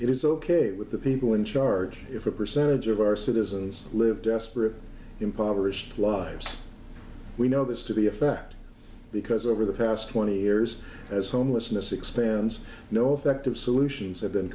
it is ok with the people in charge if a percentage of our citizens live desperate impoverished lives we know this to be a fact because over the past twenty years as homelessness expands no effective solutions have been